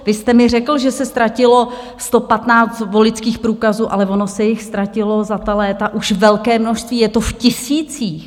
Vy jste mi řekl, že se ztratilo 115 voličských průkazů, ale ono se jich ztratilo za ta léta už velké množství, je to v tisících.